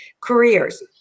careers